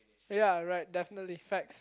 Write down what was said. ya right definitely facts